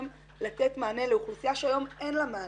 לתת מענה לאוכלוסייה שהיום אין לה מענה.